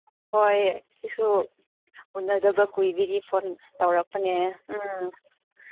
ꯍꯣꯏ ꯑꯩꯁꯨ ꯎꯅꯗꯕ ꯀꯨꯏꯕꯒꯤ ꯐꯣꯟ ꯇꯧꯔꯛꯄꯅꯦ ꯎꯝ